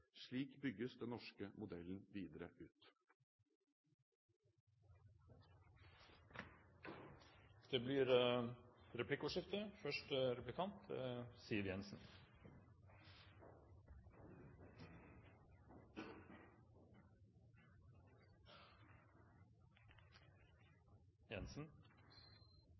Slik bygges den norske modellen videre ut. Det blir replikkordskifte.